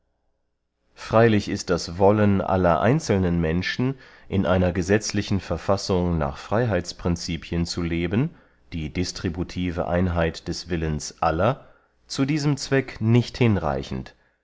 freylich ist das wollen aller einzelnen menschen in einer gesetzlichen verfassung nach freyheitsprincipien zu leben die distributive einheit des willens aller zu diesem zweck nicht hinreichend